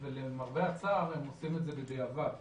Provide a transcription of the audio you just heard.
למרבה הצער, הם עושים את זה בדיעבד.